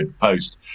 Post